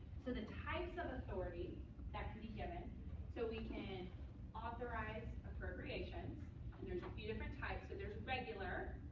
so the types of authority that can be given so we can authorize appropriations. and there's a few different types. but there's regular,